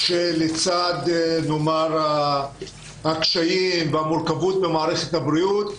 שלצד הקשיים והמורכבות במערכת הבריאות,